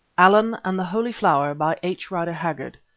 allan and the holy flower by h. rider haggard